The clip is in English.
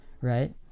right